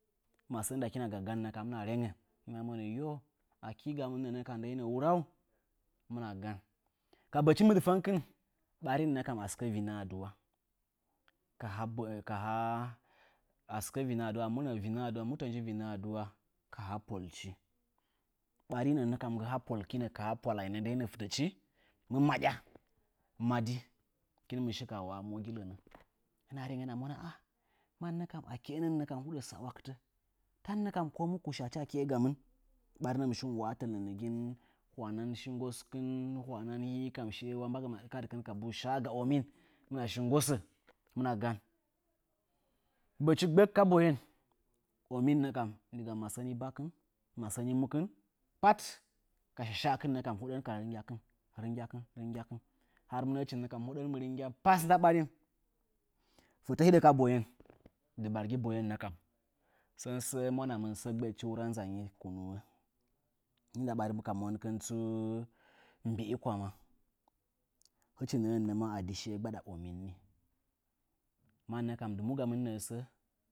Masəə ndakina gaganna kam hɨna rengən, hɨna monə yo, akɨ gamɨn nə'ə ka hdəinə nuran? Hɨn gan. ka bachɨ mɨɗfəngkɨn, ɓarini na kam a sɨkə rinə adua ka ha mu tə nji vinə adua? Ka ha polchi. Barinə nə kam ka hə pwalainə ndəinə fitachi mɨ maɗya ka uhə mogi. Hɨna nengə hɨna monə ah ah, akeə nɨn nə kam huɗa sawa? Ta nə kam komu gamɨn kushi achi akeə gamɨn. Barinə mɨ shi ka uhə tə lənəgin, hwanan shinggoschi, hwanə shin, mannə kam shiye shə ɓarina nggosə kabu shəga omina nggosə hɨmɨna gan. Feti gbək ka boye diga masəni bakɨn, masəni mukɨn pat mɨ shashən nə kam. Hoɗan ka rɨnyakɨn, rɨnyakɨn, hə mɨnəəchi nə kam hoɗən mɨ rɨnya pa nda ɓarin. Fətə hiɗə ka boyen, dɨbargi boyen nə kam, sən səə mwanamɨn sə gbəɗchi. sə mwana mɨn kunnuwo, i ndɨɗa ka monkɨn tsu mbɨ kwama. Hɨchi nəə nə ma a di shiye gbaɗa omin nɨ. Mannə kam dɨmu gamɨn nəə sa?